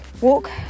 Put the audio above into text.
walk